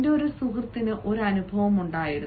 എന്റെ ഒരു സുഹൃത്തിന് ഒരു അനുഭവം ഉണ്ടായിരുന്നു